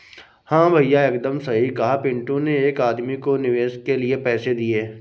हां भैया एकदम सही कहा पिंटू ने एक आदमी को निवेश के लिए पैसे दिए